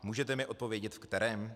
Můžete mi odpovědět v kterém?